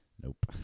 Nope